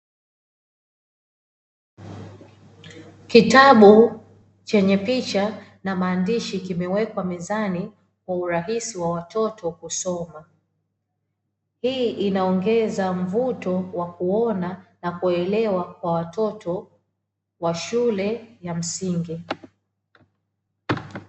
Kitabu chenye picha na maandishi kimewekwa mezani kwa urahisi wa watoto kusoma, hii inaongeza mvuto wa kuona na kuelewa kwa watoto wa shule ya msingi.